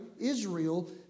Israel